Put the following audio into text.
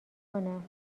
کنم